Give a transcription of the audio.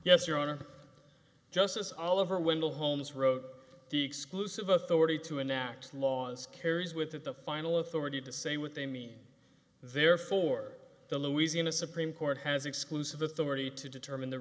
yes your honor justice oliver wendell holmes wrote the exclusive authority to enact laws carries with it the final authority to say what they mean therefore the louisiana supreme court has exclusive authority to determine the